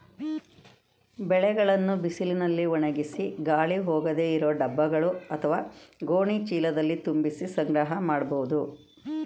ಬೆಳೆಗಳನ್ನು ಬಿಸಿಲಿನಲ್ಲಿ ಒಣಗಿಸಿ ಗಾಳಿ ಹೋಗದೇ ಇರೋ ಡಬ್ಬಗಳು ಅತ್ವ ಗೋಣಿ ಚೀಲದಲ್ಲಿ ತುಂಬಿಸಿ ಸಂಗ್ರಹ ಮಾಡ್ಬೋದು